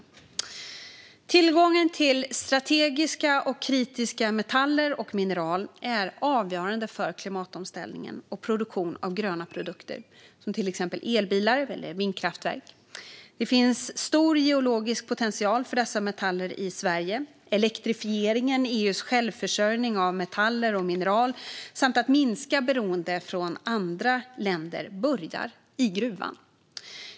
Tillgången till strategiska och kritiska metaller och mineral är avgörande för klimatomställningen och produktion av gröna produkter, som till exempel elbilar eller vindkraftverk. Det finns stor geologisk potential för dessa metaller i Sverige. Elektrifieringen, EU:s självförsörjning av metaller och mineral samt att minska beroende från andra länder börjar i gruvan.